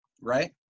right